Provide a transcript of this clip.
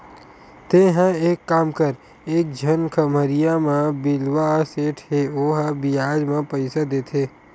तेंहा एक काम कर एक झन खम्हरिया म बिलवा सेठ हे ओहा बियाज म पइसा देथे